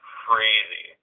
crazy